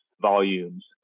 volumes